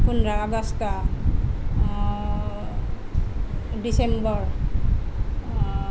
পোন্ধৰ আগষ্ট ডিচেম্বৰ